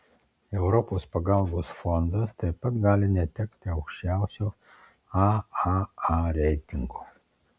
europos pagalbos fondas taip pat gali netekti aukščiausio aaa reitingo